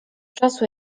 czasu